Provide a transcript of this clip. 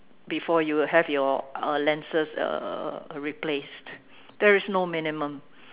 before you have your uh lenses uh uh replaced there is no minimum